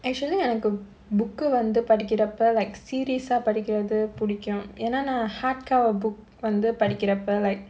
actually எனக்கு:enakku book வந்து படிக்கிறப்ப:vandhu padikkirappa like series ah படிக்கிறது புடிக்கும் ஏனா நா:padikkirathu pudikkum yaenaa naa hard cover book வந்து படிக்கிறப்ப:vandhu padikkirappa like